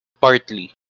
Partly